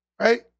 right